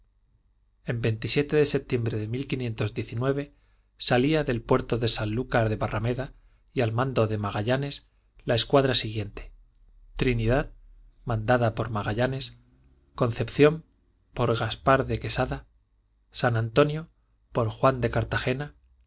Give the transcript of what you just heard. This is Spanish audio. en de septiembre de salía del puerto de sanlúcar de barrameda y al mando de magallanes la escuadra siguiente trinidad mandada por magallanes concepción por gaspar de quesada san antonio por juan de cartagena